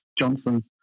Johnson